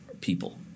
people